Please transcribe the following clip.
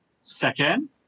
Second